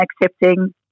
accepting